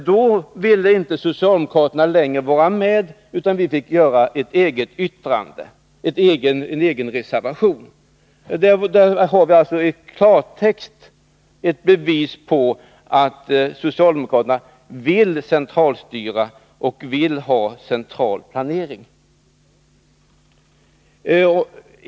Då ville socialdemokraterna inte längre vara med, utan vi fick avge en egen reservation. Här har vi i klartext ett bevis på att socialdemokraterna vill centralstyra och vill ha central planering.